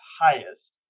highest